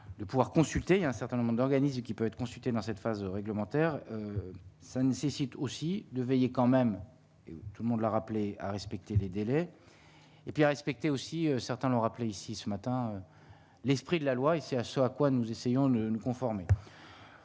le pouvoir consulter un certain nombre d'organismes qui peut être consultée dans cette phase réglementaire, ça nécessite aussi de veiller, quand même, et tout le monde l'a rappelé à respecter les délais et puis respectez aussi, certains l'ont rappelé ici ce matin, l'esprit de la loi et c'est à ce à quoi nous essayons de nous conformer.